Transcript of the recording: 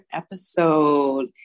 episode